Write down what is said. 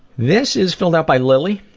this is filled out by lily.